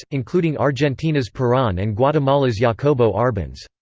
including argentina's peron and guatemala's jacobo arbenz.